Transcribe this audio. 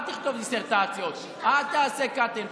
אל תכתוב דיסרטציות, אל תעשה cut and paste.